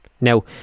now